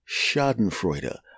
Schadenfreude